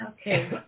Okay